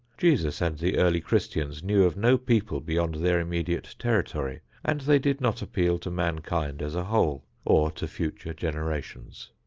jesus and the early christians knew of no people beyond their immediate territory, and they did not appeal to mankind as a whole, or to future generations.